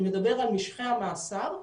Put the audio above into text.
שמדבר על משכי המאסר,